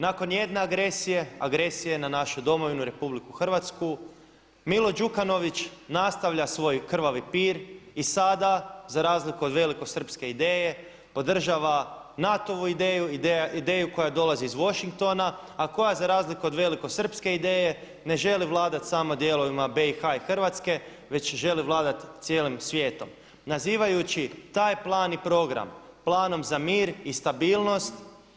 Nakon jedne agresije, agresije na našu Domovinu RH Milo Đukanović nastavlja svoj krvavi pir i sada za razliku od velikosrpske ideje podržava NATO-vu ideju, ideju koja dolazi iz Washingtona a koja za razliku od velikosrpske ideje ne želi vladati samo dijelovima BiH i Hrvatske već želi vladati cijelim svijetom nazivajući taj plan i program planom za mir i stabilnost.